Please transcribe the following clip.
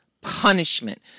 punishment